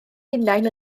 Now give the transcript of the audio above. hunain